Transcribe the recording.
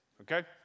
Okay